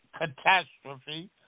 catastrophe